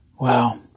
Wow